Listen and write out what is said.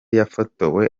yafotowe